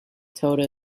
told